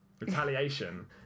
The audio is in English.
retaliation